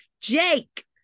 Jake